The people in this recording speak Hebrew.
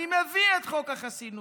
אני מביא את חוק החסינות,